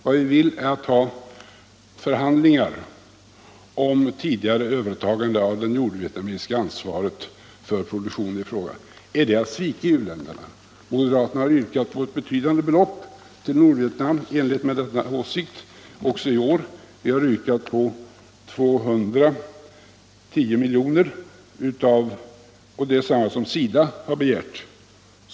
Vad vi vill är att uppta förhandlingar om tidigare nordvietnamesiskt övertagande av det ansvaret för projektet i fråga. Är det att svika u-länderna? Moderaterna har också i år yrkat på ett betydande belopp till Nordvietnam i enlighet med denna åsikt. Vi har yrkat på 210 miljoner, och det är detsamma som SIDA har begärt.